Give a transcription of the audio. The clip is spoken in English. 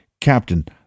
Captain